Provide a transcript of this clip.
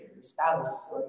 spouse